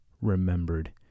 remembered